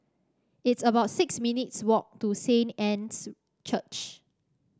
it's about six minutes' walk to Saint Anne's Church